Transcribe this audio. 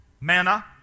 manna